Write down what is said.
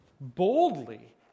boldly